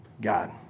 God